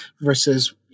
versus